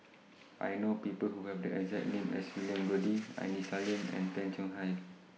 I know People Who Have The exact name as William Goode Aini Salim and Tay Chong Hai